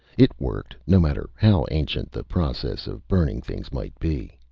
it worked, no matter how ancient the process of burning things might be.